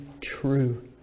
true